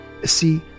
See